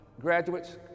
graduates